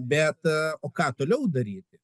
bet o ką toliau daryti